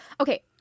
Okay